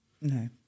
No